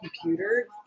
computer